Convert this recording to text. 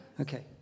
Okay